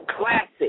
classic